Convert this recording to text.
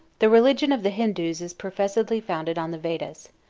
the religion of the hindus is professedly founded on the vedas.